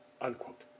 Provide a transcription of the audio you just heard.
Unquote